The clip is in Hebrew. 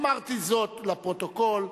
אמרתי זאת לפרוטוקול,